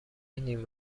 نیم